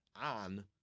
on